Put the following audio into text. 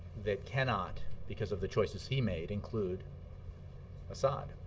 that cannot because of the choices he made include assad.